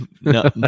No